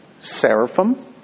seraphim